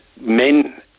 men